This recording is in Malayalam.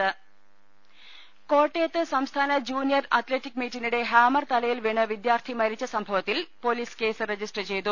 രുട്ട്ട്ട്ട്ട്ട്ട്ട്ട കോട്ടയത്ത് സംസ്ഥാന ജൂനിയർ അത്ലറ്റിക് മീറ്റിനിടെ ഹാമർ തലയിൽ വീണ് വിദ്യാർത്ഥി മരിച്ച സംഭവത്തിൽ പൊലീസ് കേസ് രജിസ്റ്റർ ചെയ്തു